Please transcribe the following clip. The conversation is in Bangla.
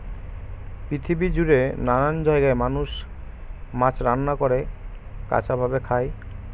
পৃথিবী জুড়ে নানান জায়গায় মানুষ মাছ রান্না করে, কাঁচা ভাবে খায়